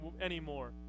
anymore